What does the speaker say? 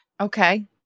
Okay